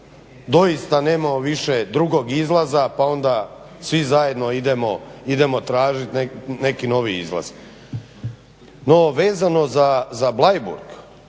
doista nemamo više drugog izlaza pa onda svi zajedno idemo tražiti neki novi izlaz. No, vezano za Bleiburg